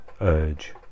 urge